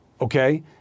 okay